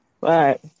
Right